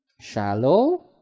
shallow